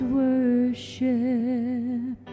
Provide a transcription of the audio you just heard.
worship